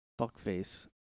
Fuckface